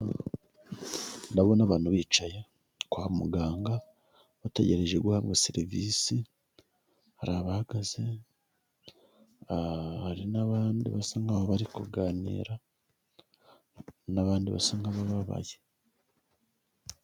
Ndabona abantu bicaye kwa muganga bategereje guhabwa serivisi hari abahagaze hari n'abandi basa nkaho bari kuganira n'abandi basa nkabababaye .